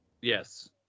Yes